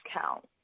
count